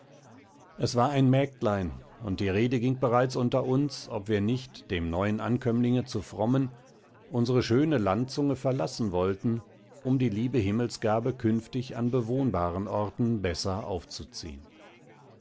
es war ein mägdlein und die rede ging bereits unter uns ob wir nicht dem neuen ankömmlinge zu frommen unsre schöne landzunge verlassen wollten um die liebe himmelsgabe künftig an bewohnbaren orten besser aufzuziehen